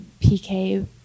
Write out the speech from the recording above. PK